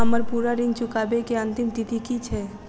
हम्मर पूरा ऋण चुकाबै केँ अंतिम तिथि की छै?